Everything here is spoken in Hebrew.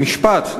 במשפט,